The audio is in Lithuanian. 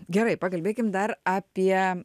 gerai pakalbėkim dar apie